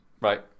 Right